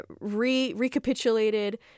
recapitulated